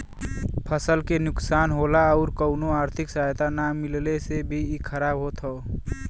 फसल के नुकसान होला आउर कउनो आर्थिक सहायता ना मिलले से भी इ खराब होत हौ